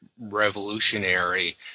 revolutionary